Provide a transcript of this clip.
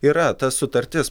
yra ta sutartis